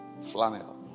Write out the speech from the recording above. Flannel